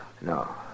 No